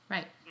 Right